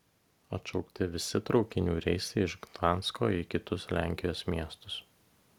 atšaukti visi traukinių reisai iš gdansko į kitus lenkijos miestus